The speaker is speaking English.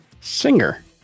Singer